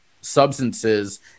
substances